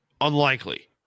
unlikely